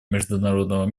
международного